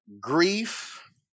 grief